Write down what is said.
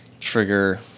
trigger